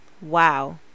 wow